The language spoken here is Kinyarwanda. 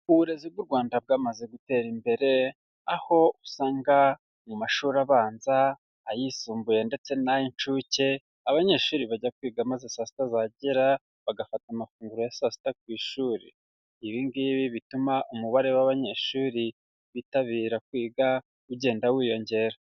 Uburezi bw'u Rwanda bwamaze gutera imbere, aho usanga mu mashuri abanza, ayisumbuye ndetse n'ay'inshuke, abanyeshuri bajya kwiga maze saa sita zagera, bagafata amafunguro ya saa sita ku ishuri. Ibi ngibi bituma umubare w'abanyeshuri bitabira kwiga ugenda wiyongera.